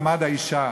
מעמד האישה.